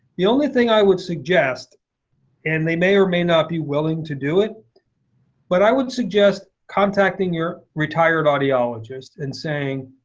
the only thing i would suggest and they may or may not be willing to do it but i would suggest contacting your retired audiologist and saying,